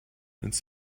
ins